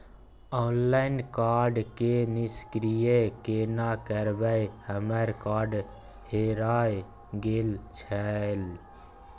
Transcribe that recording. Online card के निष्क्रिय केना करबै हमर कार्ड हेराय गेल छल?